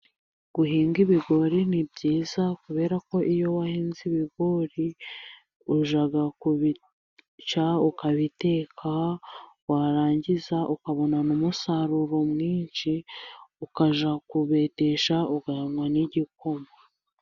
Guhinga ibigori ni byiza, kubera ko iyo wahinze ibigori ujya kubica ukabiteka, warangiza ukabona n'umusaruro mwinshi, ukajya kubibetesha ukanywa n'igikoma.